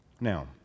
Now